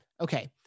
Okay